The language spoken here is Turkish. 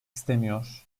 istemiyor